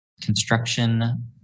Construction